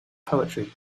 poetry